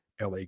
LA